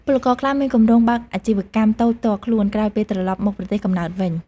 ពលករខ្លះមានគម្រោងបើកអាជីវកម្មតូចផ្ទាល់ខ្លួន ក្រោយពេលត្រឡប់មកប្រទេសកំណើតវិញ។